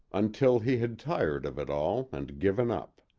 until he had tired of it all and given up.